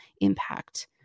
impact